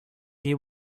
you